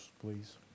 please